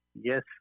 Yes